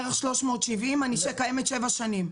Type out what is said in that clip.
בערך 370. אני קיימת שבע שנים.